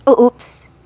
Oops